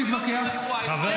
תתווכח -- חבר הכנסת סובה.